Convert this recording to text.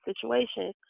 situation